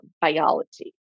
biology